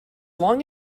long